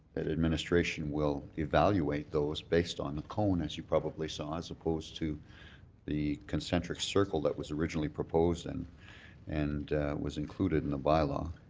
administration will evaluate those based on the cone as you probably saw as opposed to the concentric circle that was originally proposed and and was included in the bylaw.